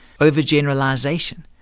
Overgeneralization